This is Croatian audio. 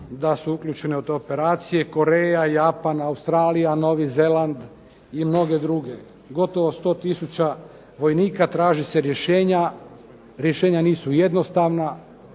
da su uključene u te operacije: Koreja, Japan, Australija, Novi Zeland i mnoge druge. Gotovo 100 tisuća vojnika, traže se rješenja. Rješenja nisu jednostavna.